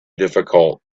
difficult